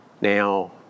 Now